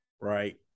right